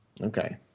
Okay